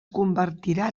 convertirà